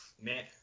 man